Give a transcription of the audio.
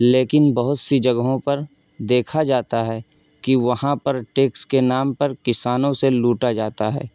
لیکن بہت سی جگہوں پر دیکھا جاتا ہے کہ وہاں پر ٹیکس کے نام پر کسانوں سے لوٹا جاتا ہے